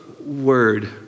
word